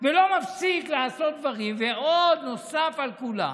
ולא מפסיק לעשות דברים, ועוד, נוסף על כולם,